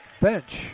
bench